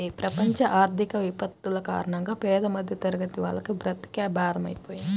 ప్రపంచ ఆర్థిక విపత్తుల కారణంగా పేద మధ్యతరగతి వాళ్లకు బ్రతుకే భారమైపోతుంది